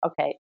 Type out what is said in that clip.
okay